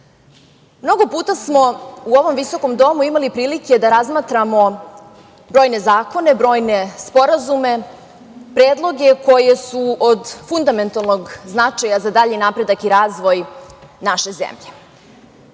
mnogo puta smo u ovom visokom domu imali prilike da razmatramo brojne zakone, brojne sporazume, predloge koji su od fundamentalnog značaja za dalji napredak i razvoj naše zemlje. Danas